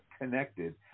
connected